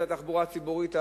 התחבורה הציבורית תתייקר,